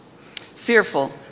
fearful